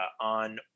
on